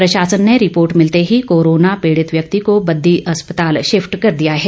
प्रशासन ने रिपोर्ट मिलते ही कोरोना पीड़ित व्यक्ति को बददी अस्पताल शिफ़ट कर दिया है